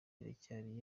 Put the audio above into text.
iracyari